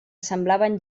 semblaven